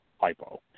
hypo